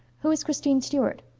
who is christine stuart?